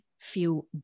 feel